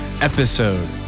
episode